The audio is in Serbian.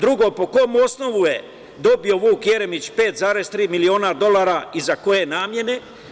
Drugo, po kom osnovu je dobio Vuk Jeremić 5,3 miliona dolara i za koje namene?